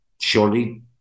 surely